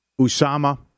Usama